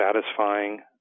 satisfying